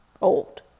old